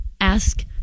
ask